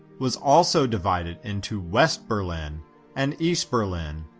was also divided into west berlin and east berlin,